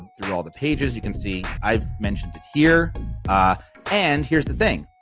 through all the pages, you can see i've mentioned it here and here's the thing,